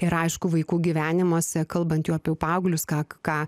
ir aišku vaikų gyvenimuose kalbant jau apie paauglius ką ką